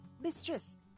Mistress